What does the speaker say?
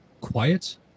quiet